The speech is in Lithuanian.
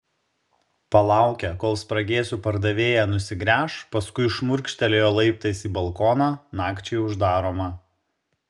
palaukė kol spragėsių pardavėja nusigręš paskui šmurkštelėjo laiptais į balkoną nakčiai uždaromą